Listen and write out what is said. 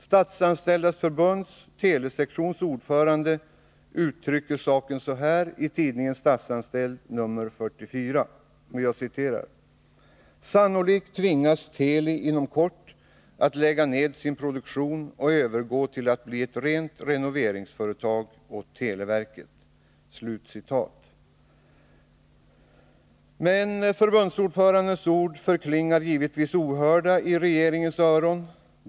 Statsanställdas förbunds telesektions ordförande uttrycker saken så här i tidningen Statsanställd nr 44: ”Sannolikt tvingas Teli inom kort att lägga ned sin produktion och övergå till att bli ett rent renoveringsföretag åt televerket.” Men förbundsordförandens ord förklingar givetvis ohörda i regeringens öron.